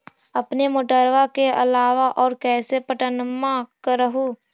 अपने मोटरबा के अलाबा और कैसे पट्टनमा कर हू?